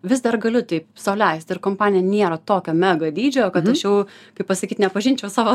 vis dar galiu taip sau leist ir kompanija niera tokio mega dydžio kad aš jau kaip pasakyt nepažinčiau savo